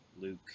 Luke